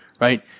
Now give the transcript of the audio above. right